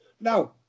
Now